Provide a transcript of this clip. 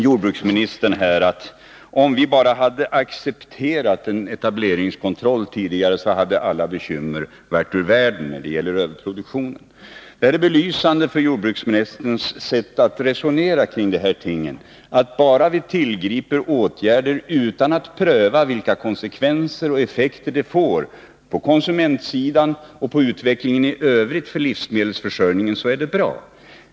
Jordbruksministern säger att om vi bara hade accepterat en etableringskontroll tidigare hade alla bekymmer varit ur världen när det gäller överproduktionen. Detta är belysande för jordbruksministerns sätt att resonera kring dessa ting. Bara vi tillgriper åtgärder på jordbrukssidan är det bra, även om vi inte har prövat vilka konsekvenser och effekter de får på konsumentsidan och på livsmedelsförsörjningen i övrigt.